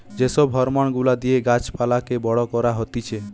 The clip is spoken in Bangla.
যে সব হরমোন গুলা দিয়ে গাছ পালাকে বড় করা হতিছে